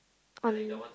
on